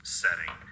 setting